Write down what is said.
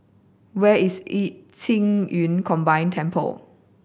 where is Qing Yun Combined Temple